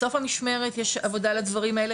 בסוף המשמרת יש עבודה על הדברים האלה